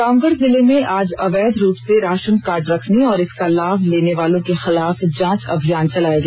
रामगढ जिले में आज अवैध रूप से राशन कार्ड रखने और इसका लाभ लेने वालों के खिलाफ जांच अभियान चलाया गया